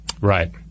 Right